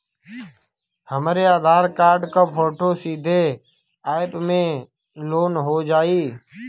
हमरे आधार कार्ड क फोटो सीधे यैप में लोनहो जाई?